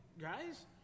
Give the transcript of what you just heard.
guys